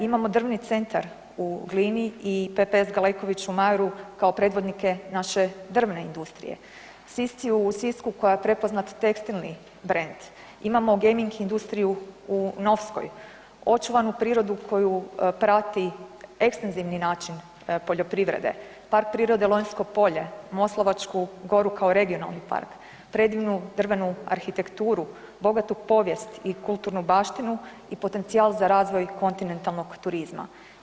Imamo Drvni centar u Glini i PPS Galeković u … kao predvodnike naše drvne industrije, Sisciu u Sisku koja je prepoznat tekstilni brend, imamo gaming industriju u Novskoj, očuvanu prirodu koju prati ekstenzivni način poljoprivrede, Park prirode Lonjsko polje, Moslavačku goru kao regionalni park, predivnu drvenu arhitekturu, bogatu povijest i kulturnu baštinu i potencijal za razvoj kontinentalnog turizma.